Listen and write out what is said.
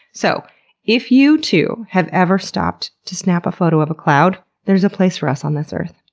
so if you too have ever stopped to snap a photo of a cloud, there's a place for us on this earth.